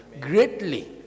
greatly